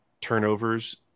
turnovers